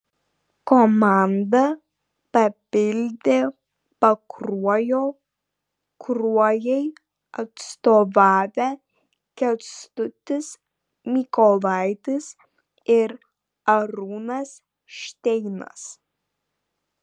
komanda papildė pakruojo kruojai atstovavę kęstutis mykolaitis ir arūnas šteinas